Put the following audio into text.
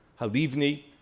Halivni